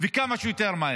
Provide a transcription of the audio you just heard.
וכמה שיותר מהר.